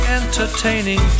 entertaining